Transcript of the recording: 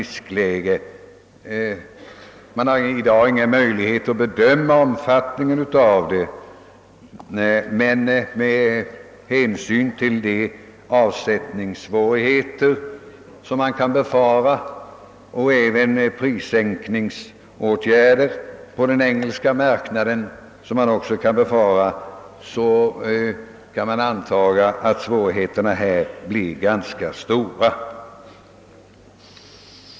Man har i dag inga möjligheter att bedöma omfattningen av riskerna, men med hänsyn till de avsättningssvårigheter som man kan befara och även de prissänkningsåtgärder på den engelska marknaden som också kan befaras, kan man anta att svårigheterna härvidlag blir ganska stora.